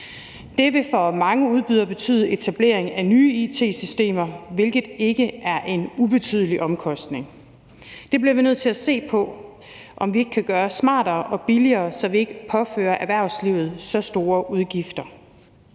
Det vil for mange udbydere betyde etablering af nye it-systemer, hvilket ikke er en ubetydelig omkostning. Vi bliver nødt til at se på, om vi ikke kan gøre det smartere og billigere, så vi ikke påfører erhvervslivet så store udgifter.